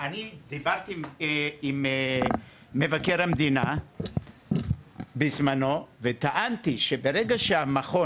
דיברתי עם מבקר המדינה בזמנו וטענתי שברגע שהמכון